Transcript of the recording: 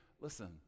Listen